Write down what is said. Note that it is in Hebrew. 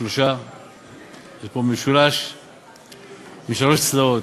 יש פה משולש עם שלוש צלעות: